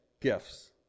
gifts